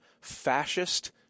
fascist